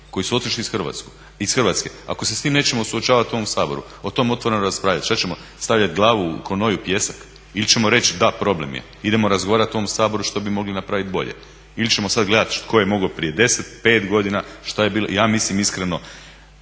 koji su otišli iz Hrvatske. Ako se s tim nećemo suočavati u ovom Saboru o tom otvoreno raspravit šta ćemo, stavljat glavu ko noj u pijesak. Ili ćemo reći, da problem je, idemo razgovarati u ovom Saboru što bi mogli napraviti bolje. Ili ćemo sad gledati tko je mogao prije 10, 5 godina šta je bilo. Ja mislim iskreno